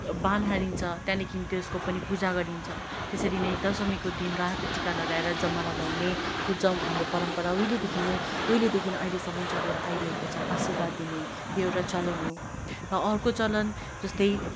वाण हानिन्छ त्यहाँदेखि त्यसको पनि पूजा गरिन्छ त्यसरी नै दशमीको दिन रातो टिका लगाएर जमरा लाउने यो ज हाम्रो परम्परा हो उइलेदेखि नै उइलेदेखि अहिलेसम्म चलेर आइरहेको छ आशीर्वाद दिने यो एउटा चलन हो र अर्को चलन जस्तै